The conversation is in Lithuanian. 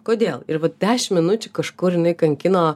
kodėl ir dešim minučių kažkur jinai kankino